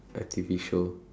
a T_V show